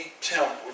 temple